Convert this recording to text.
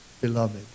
beloved